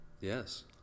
Yes